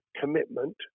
commitment